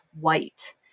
white